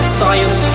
science